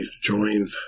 joined